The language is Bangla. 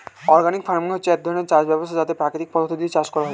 অর্গানিক ফার্মিং হচ্ছে এক ধরণের চাষ ব্যবস্থা যাতে প্রাকৃতিক পদার্থ দিয়ে চাষ করা হয়